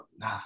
no